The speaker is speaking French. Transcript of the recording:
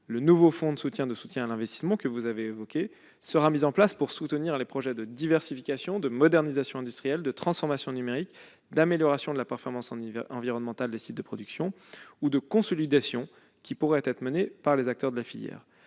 le nouveau fonds de soutien à l'investissement que vous avez évoqué soutiendra les projets de diversification, de modernisation industrielle, de transformation numérique, d'amélioration de la performance environnementale des sites de production ou de consolidation qui pourraient être menés par les acteurs de la filière.